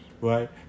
right